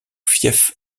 fief